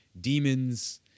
demons